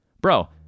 Bro